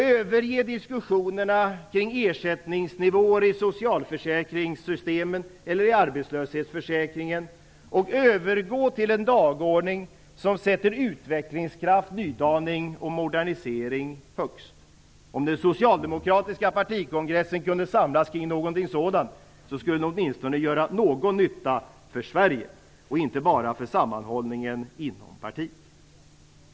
Överge diskussionerna kring ersättningsnivåer i socialförsäkringssystemen eller i arbetslöshetsförsäkringen och övergå till en dagordning som sätter utvecklingskraft, nydaning och modernisering högst. Om den socialdemokratiska partikongressen kunde samlas kring någonting sådant skulle den åtminstone göra någon nytta för Sverige och inte bara för sammanhållningen inom partiet.